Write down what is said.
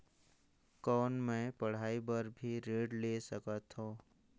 कौन मै पढ़ाई बर भी ऋण ले सकत हो?